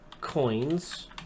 coins